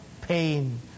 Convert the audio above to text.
pain